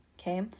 okay